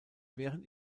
während